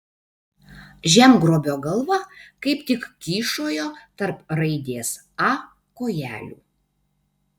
žemgrobio galva kaip tik kyšojo tarp raidės a kojelių